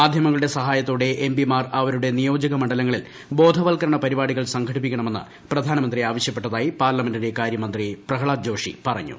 മാധ്യമങ്ങളുടെ മാർ സഹായത്തോടെ അവരുടെ നിയോജക മണ്ഡലങ്ങളിൽ ംബോധവത്കരണ പരിപാടികൾ സംഘടിപ്പിക്കണമെന്ന് പ്രധാനമന്ത്രി ആവശ്യപ്പെട്ടതായി പാർലമെന്ററി കാര്യമന്ത്രി പ്രഹ്ളാദ് ജോഷി പറഞ്ഞു